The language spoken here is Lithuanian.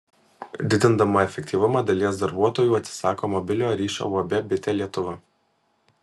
didindama efektyvumą dalies darbuotojų atsisako mobiliojo ryšio uab bitė lietuva